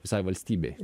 visai valstybei